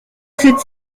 cette